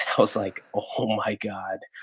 i was like, oh, my god.